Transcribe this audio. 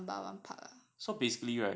at sembawang park